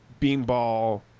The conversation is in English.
Beanball